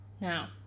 now